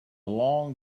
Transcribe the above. long